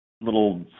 little